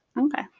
Okay